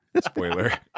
Spoiler